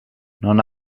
non